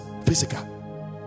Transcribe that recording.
physical